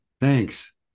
Thanks